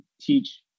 teach